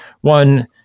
one